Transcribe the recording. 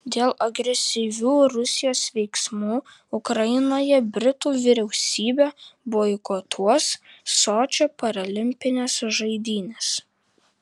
dėl agresyvių rusijos veiksmų ukrainoje britų vyriausybė boikotuos sočio paralimpines žaidynes